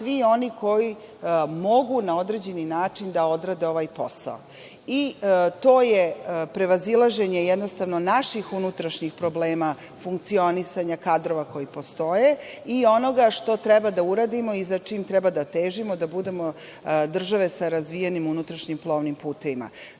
svi oni koji mogu na određeni način da odrade ovaj posao. To je prevazilaženje jednostavno naših unutrašnjih problema funkcionisanja kadrova koji postoje i onoga što treba da uradimo i za čim treba da težimo da budemo države sa razvijenim unutrašnjim plovnim putevima.Zašto